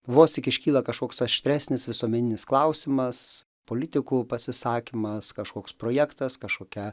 vos tik iškyla kažkoks aštresnis visuomeninis klausimas politikų pasisakymas kažkoks projektas kažkokia